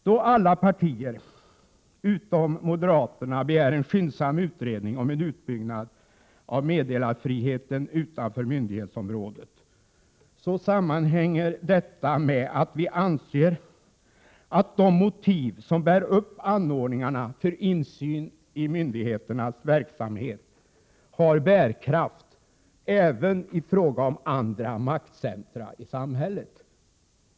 Då alla partier utom moderaterna begär en skyndsam utredning om en utbyggnad av meddelarfriheten utanför myndighetsområdet, sammanhänger detta med att vi anser att de motiv som bär upp anordningarna för insyn i myndigheternas verksamhet har bärkraft även i fråga om andra maktcentra i samhället.